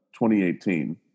2018